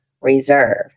reserve